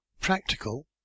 practical